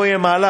פה יהיה מהלך,